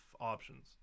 options